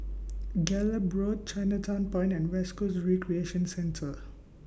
Gallop Road Chinatown Point and West Coast Recreation Centre